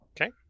Okay